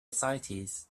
ascites